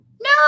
no